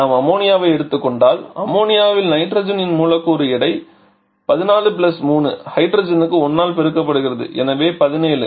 நாம் அம்மோனியாவை எடுத்துக் கொண்டால் அம்மோனியாவில் நைட்ரஜனின் மூலக்கூறு எடை 14 3 ஹைட்ரஜனுக்கு 1 பெருக்கப்படுகிறது எனவே 17